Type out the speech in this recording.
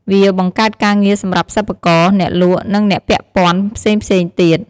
វាបង្កើតការងារសម្រាប់សិប្បករ អ្នកលក់ និងអ្នកពាក់ព័ន្ធផ្សេងៗទៀត។